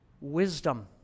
wisdom